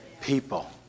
People